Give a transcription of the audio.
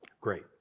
Great